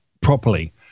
properly